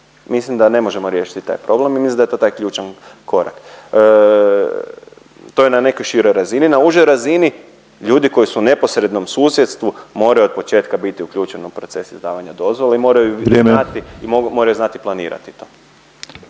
mislim da ne možemo riješiti taj problem i mislim da je to taj ključan korak. To je na nekoj široj razini, na užoj razini ljudi koji su u neposrednom susjedstvu moraju od početka biti uključeni u proces izdavanja dozvole i moraju znati planirati.